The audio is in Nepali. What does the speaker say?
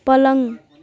पलङ